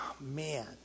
man